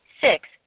six